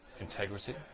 integrity